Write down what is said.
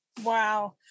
wow